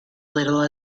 little